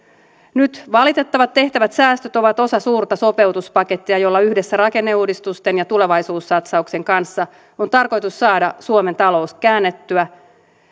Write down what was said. nyt tehtävät valitettavat säästöt ovat osa suurta sopeutuspakettia jolla yhdessä rakenneuudistusten ja tulevaisuussatsauksen kanssa on tarkoitus saada suomen talous käännettyä